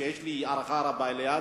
שיש לי הערכה רבה אליה,